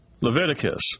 Leviticus